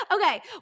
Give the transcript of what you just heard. Okay